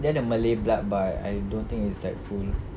dia ada malay blood but I don't think it's like full